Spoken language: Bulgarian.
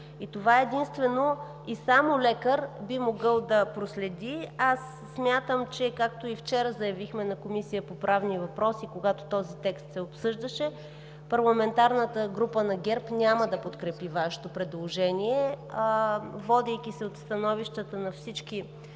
и това единствено и само лекар би могъл да проследи. Аз смятам, както и вчера заявихме в Комисията по правни въпроси, когато този текст се обсъждаше, че Парламентарната група на ГЕРБ няма да подкрепи Вашето предложение. Водейки се от становището на всички